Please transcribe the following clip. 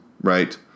right